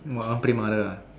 !wah! want play mother ah